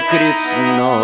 Krishna